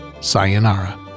Sayonara